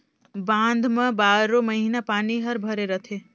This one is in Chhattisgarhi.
बांध म बारो महिना पानी हर भरे रथे